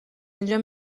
اینجا